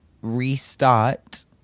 restart